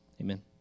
Amen